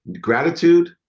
gratitude